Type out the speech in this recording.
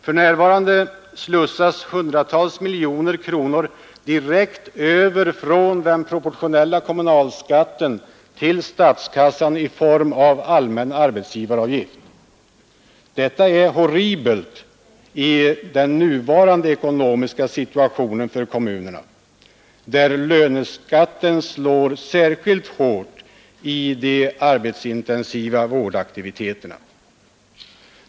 För närvarande slussas hundratals miljoner kronor direkt över från den proportionella kommunalskatten till statskassan i form av allmän arbetsgivaravgift. Detta är horribelt i nuvarande ekonomiska situation för kommunerna, där löneskatten slår särskilt hårt i de arbetsintensiva vårdaktiviteterna.